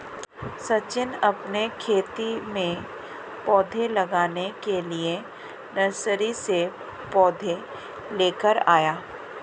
सचिन अपने खेत में पौधे लगाने के लिए नर्सरी से पौधे लेकर आया